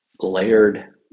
layered